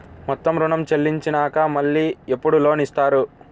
మొత్తం ఋణం చెల్లించినాక మళ్ళీ ఎప్పుడు లోన్ ఇస్తారు?